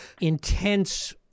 intense